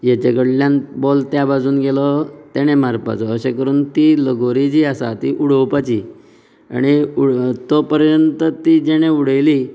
हेचे कडल्यान बॉल त्या बाजून गेलो तेणें मारपाचो अशें करून ती लगोरी जी आसा ती उडोवपाची आनी तो पर्यंत ती जेणे उडयली